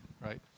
right